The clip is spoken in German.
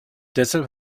deshalb